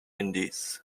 indies